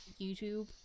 YouTube